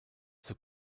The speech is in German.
zur